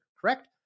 correct